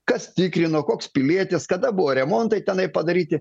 kas tikrino koks pilietis kada buvo remontai tenai padaryti